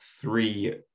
three